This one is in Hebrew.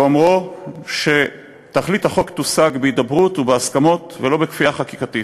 באומרו שתכלית החוק תושג בהידברות ובהסכמות ולא בכפייה חקיקתית.